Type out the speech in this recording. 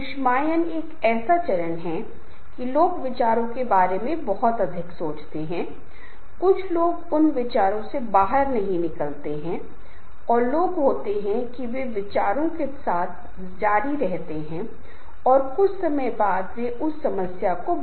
और खुशी एक ऐसी चीज है जो शायद इस भौतिकवादी उपलब्धि से नहीं आ सकती है कुछ का विस्तार यह हमारे जीवन को और अधिक आरामदायक बनाने के लिए बहुत अच्छा हो सकता है लेकिन हमारे भीतर खुशी लाने के लिए मुझे यह कहना होगा कि हमें थोड़ा आध्यात्मिक होना चाहिए